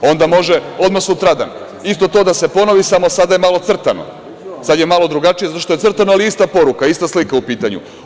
Onda može odmah sutradan isto to da se ponovi samo sada je malo crtano, sada je malo drugačije zato što je crtano ali je ista poruka, ista slika u pitanju.